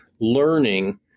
learning